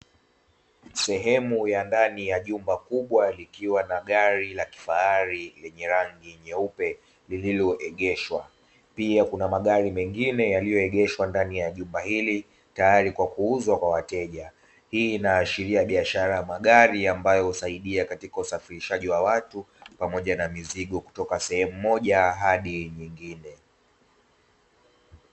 Sehemu ya ndani ya jumba kubwa likiwa na gari la kifahari lenye rangi nyeupe lililoegeshwa. Pia kuna magari mengine yaliyoegeshwa ndani ya jumba hili tayari kwa kuuzwa kwa wateja. Hii inaashiria biashara ya magari ambayo husaidia katika usafirishaji wa watu pamoja na mizigo kutoka sehemu moja hadi nyingine.